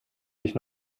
ich